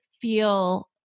feel